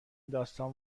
داستان